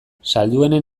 salduenen